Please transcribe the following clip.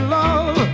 love